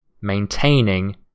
maintaining